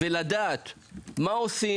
אנחנו צריכים לדעת מה עושים,